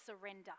surrender